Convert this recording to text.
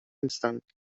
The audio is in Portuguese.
instantes